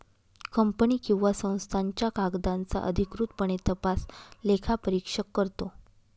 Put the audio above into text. company किंवा संस्थांच्या कागदांचा अधिकृतपणे तपास लेखापरीक्षक करतो